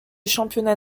championnat